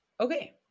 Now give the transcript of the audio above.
Okay